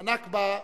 ה"נכבה"